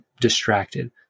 distracted